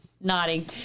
nodding